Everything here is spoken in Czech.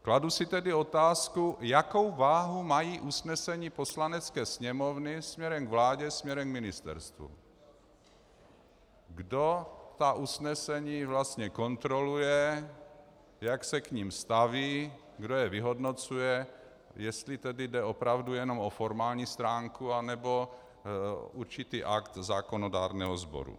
Kladu si tedy otázku, jakou váhu mají usnesení Poslanecké sněmovny směrem k vládě, směrem k ministerstvům, kdo ta usnesení vlastně kontroluje, jak se k nim staví, kdo je vyhodnocuje, jestli tedy jde opravdu jenom o formální stránku, nebo určitý akt zákonodárného sboru.